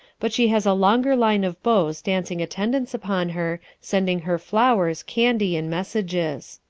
but she has a longer line of beaux dancing attendance upon her, sending her flowers, candy and messages.